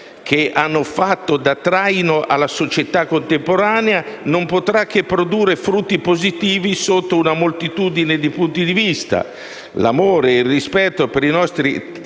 che hanno fatto da traino alla società contemporanea, non potrà che produrre frutti positivi sotto una moltitudine di punti di vista. L'amore e il rispetto per i nostri